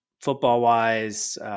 football-wise